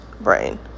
brain